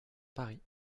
paris